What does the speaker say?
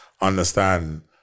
understand